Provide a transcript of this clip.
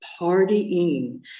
partying